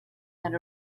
had